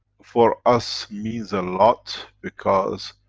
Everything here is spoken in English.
for us means a lot because.